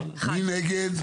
מי נגד?